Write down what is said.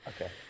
Okay